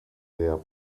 der